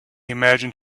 imagined